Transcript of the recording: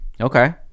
Okay